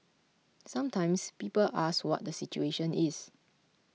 sometimes people ask what the situation is